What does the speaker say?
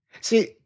see